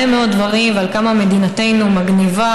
מאוד דברים ועל כמה מדינתנו מגניבה,